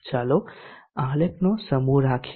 ચાલો આલેખનો સમૂહ રાખીએ